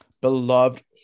beloved